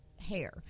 hair